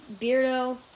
Beardo